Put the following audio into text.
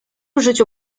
życiu